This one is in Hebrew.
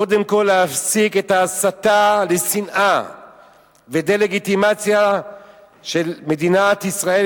קודם כול להפסיק את ההסתה לשנאה ודה-לגיטימציה של מדינת ישראל,